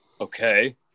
Okay